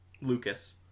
Lucas